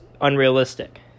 unrealistic